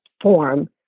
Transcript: form